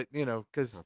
you know cause,